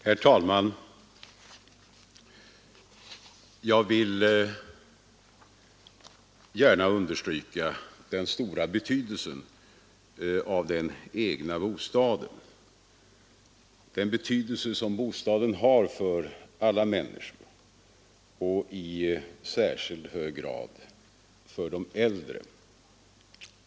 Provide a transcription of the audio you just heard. Herr talman! Jag vill gärna understryka den stora betydelse som den egna bostaden har för alla människor och i särskilt hög grad för de äldre.